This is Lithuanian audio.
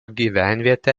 gyvenvietę